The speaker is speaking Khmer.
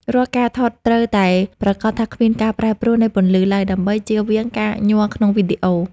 រាល់ការថតរូបត្រូវតែប្រាកដថាគ្មានការប្រែប្រួលនៃពន្លឺឡើយដើម្បីជៀសវាងការញ័រក្នុងវីដេអូ។